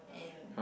and